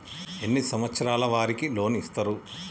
ఎన్ని సంవత్సరాల వారికి లోన్ ఇస్తరు?